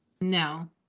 No